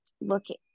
looking